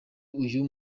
uyu